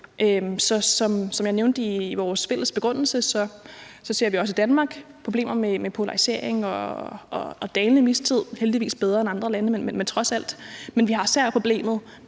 Som jeg nævnte i vores fælles begrundelse, ser vi også i Danmark problemer med polarisering og dalende mistillid. Det er heldigvis bedre end i andre lande, men det er der trods alt, og vi har især problemet